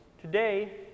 Today